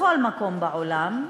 בכל מקום בעולם,